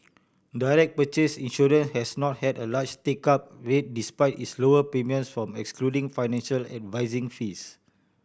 direct purchase insurance has not had a large take up rate despite its lower premiums from excluding financial advising fees